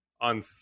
on